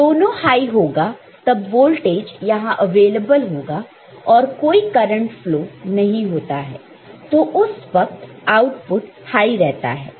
जब दोनों हाई होगा तब वोल्टेज यहां अवेलेबल होगा और कोई करंट फ्लो नहीं होता है तो उस वक्त आउटपुट हाई रहता है